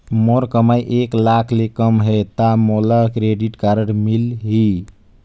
मोर कमाई एक लाख ले कम है ता मोला क्रेडिट कारड मिल ही?